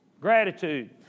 gratitude